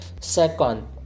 Second